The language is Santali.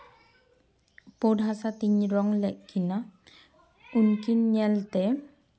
ᱯᱩᱬ ᱦᱟᱥᱟᱛᱤᱧ ᱨᱚᱝ ᱞᱮᱫ ᱠᱤᱱᱟᱹ ᱩᱱᱠᱤᱱ ᱧᱮᱞᱛᱮ